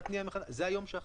זה היום שאחרי.